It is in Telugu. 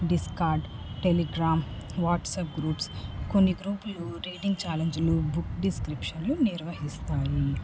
డిస్కార్డ్ టెలిగ్రామ్ వాట్సప్ గ్రూప్స్ కొన్ని గ్రూపులు రీడింగ్ ఛాలెంజ్లు బుక్ డిస్క్రిప్షన్స్లు నిర్వహిస్తాయి